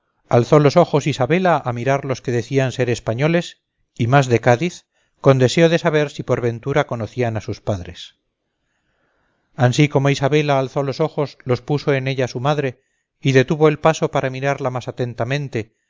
alzó los ojos isabela a mirar los que decían ser españoles y más de cádiz con deseo de saber si por ventura conocían a sus padres ansí como isabela alzó los ojos los puso en ella su madre y detuvo el paso para mirarla más atentamente